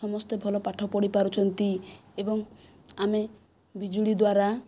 ସମସ୍ତେ ଭଲ ପାଠ ପଢ଼ିପାରୁଛନ୍ତି ଏବଂ ଆମେ ବିଜୁଳି ଦ୍ୱାରା